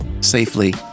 Safely